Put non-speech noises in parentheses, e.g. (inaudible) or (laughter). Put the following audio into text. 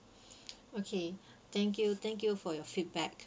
(breath) okay thank you thank you for your feedback